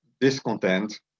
discontent